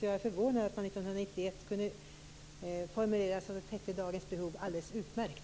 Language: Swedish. Jag är förvånad att man 1991 kunde formulera sig så att det täcker dagens behov alldeles utmärkt.